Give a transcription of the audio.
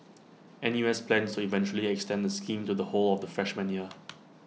N U S plans to eventually extend the scheme to the whole of the freshman year